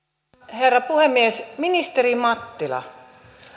herra puhemies ministeri mattila